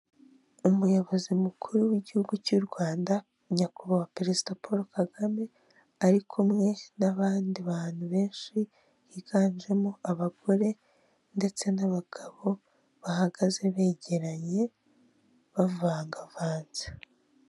Umuyobozi mukuru w'igihugu cy'u Rwanda Nyakubahwa perezida Paul Kagame ari kumwe n'abandi bantu benshi higanjemo abagore ndetse n'abagabo bahagaze begeranye bavangavanze.